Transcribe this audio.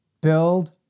build